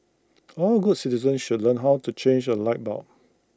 all good citizens should learn how to change A light bulb